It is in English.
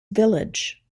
village